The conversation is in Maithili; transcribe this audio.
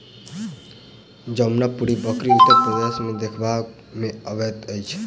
जमुनापारी बकरी उत्तर प्रदेश मे देखबा मे अबैत अछि